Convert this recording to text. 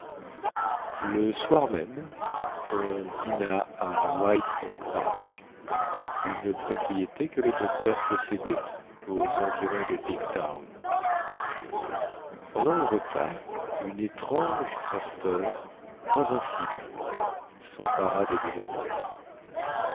le soir même on dîna à white oak park une propriété que le docteur possédait aux environs de pigtown pendant le repas une étrange torpeur invincible sempara des deux amants